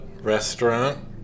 restaurant